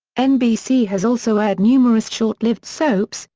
nbc has also aired numerous short-lived soaps,